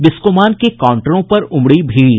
बिस्कोमान के काउंटरों पर उमड़ी भीड़